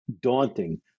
daunting